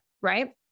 right